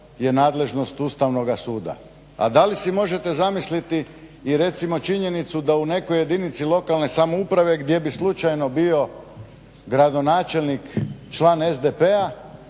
je nadležnost Ustavnoga suda. A da li si možete zamisliti recimo činjenicu da u nekoj jedinici lokalne samouprave gdje bi slučajno bio gradonačelnik član SDP-a